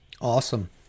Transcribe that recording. awesome